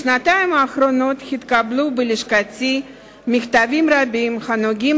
בשנתיים האחרונות התקבלו בלשכתי מכתבים רבים הנוגעים